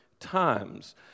Times